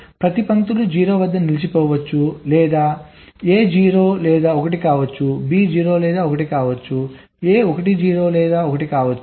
ప్రతి పంక్తులు 0 వద్ద నిలిచిపోవచ్చు లేదా A 0 లేదా 1 కావచ్చు B 0 లేదా 1 కావచ్చు A 1 0 లేదా 1 కావచ్చు